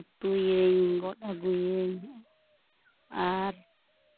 ᱩᱛᱩᱭᱟᱹᱧ ᱜᱚᱜ ᱟᱹᱜᱩᱭᱟᱧ ᱟᱨ